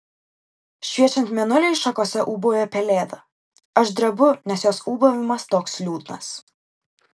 šviečiant mėnuliui šakose ūbauja pelėda aš drebu nes jos ūbavimas toks liūdnas